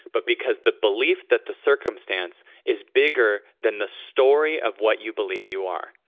but because the belief that the circumstance is bigger than the story of what you believe you are.